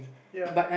ya